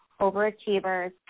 overachievers